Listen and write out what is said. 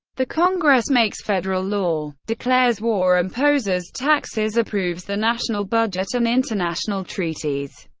the congress makes federal law, declares war, imposes taxes, approves the national budget and international treaties,